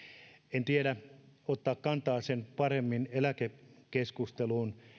en tiedä ottaa kantaa sen paremmin eläkekeskusteluun